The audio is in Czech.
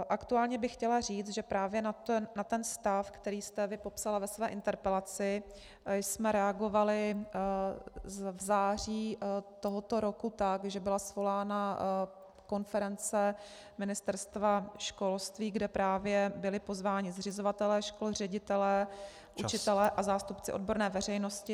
Aktuálně bych chtěla říci, že právě na ten stav, který jste vy popsala ve své interpelaci, jsme reagovali v září tohoto roku tak, že byla svolána konference Ministerstva školství, kde právě byli pozváni zřizovatelé škol, ředitelé, učitelé a zástupci odborné veřejnosti.